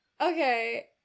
Okay